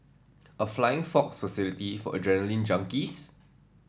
a flying fox facility for adrenaline junkies